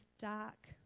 dark